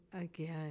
again